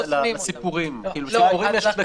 אני חושב שאם ככה זה מנוסח לפי ההצעה הזאת.